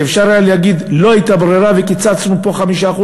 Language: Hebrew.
שאפשר היה להגיד: לא הייתה ברירה וקיצצנו פה 5%,